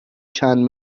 چندین